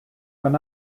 when